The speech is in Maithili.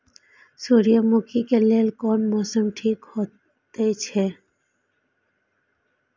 सूर्यमुखी के लेल कोन मौसम ठीक हे छे?